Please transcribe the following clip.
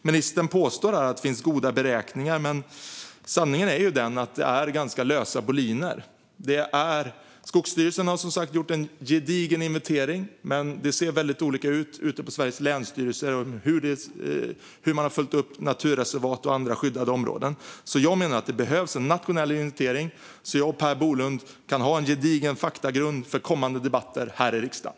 Ministern påstår att det finns goda beräkningar, men sanningen är ju den att det är ganska lösa boliner. Skogsstyrelsen har som sagt gjort en gedigen inventering, men det ser väldigt olika ut på Sveriges länsstyrelser när det gäller hur man har följt upp naturreservat och andra skyddade områden. Jag menar att det behövs en nationell inventering, så att jag och Per Bolund kan ha en gedigen faktagrund för kommande debatter här i riksdagen.